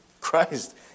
Christ